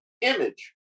image